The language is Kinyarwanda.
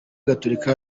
gatorika